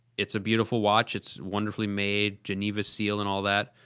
it's a beautiful watch, it's wonderfully made, geneva seal and all that.